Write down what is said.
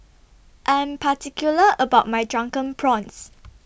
I'm particular about My Drunken Prawns